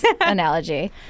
analogy